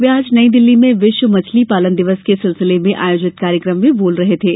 वे आज नई दिल्ली में विश्व मछली पालन दिवस के सिलसिले में आयोजित कार्यक्रम में बोल रहे थे